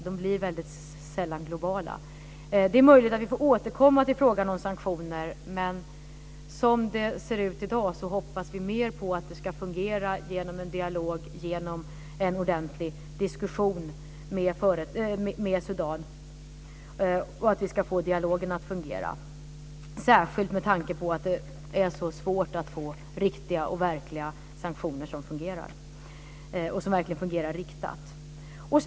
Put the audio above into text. De blir väldigt sällan globala. Det är möjligt att vi får återkomma till frågan om sanktioner. Men som det ser ut i dag hoppas vi mer på en ordentlig diskussion med Sudan och att vi ska få dialogen att fungera, särskilt med tanke på att det är så svårt att få till stånd sanktioner som verkligen fungerar riktat.